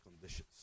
conditions